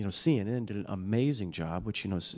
you know cnn did an amazing job, which, you know,